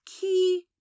key